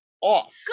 off